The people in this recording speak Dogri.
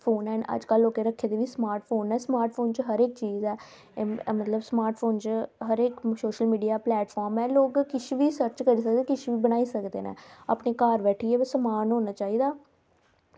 अज्जकल रक्खे दे बी स्मार्टफोन न ते स्मार्टफोन च रक्खे दे सबकिश न ते स्मार्टफोन च अज्ज हर इक्क मीडिया प्लेटफॉर्म ऐ लोक किश बी सर्च करी सकदे किश बी बनाई सकदे न अपने घर बैठिये ते अपना समान होना चाहिदा